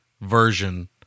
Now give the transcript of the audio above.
version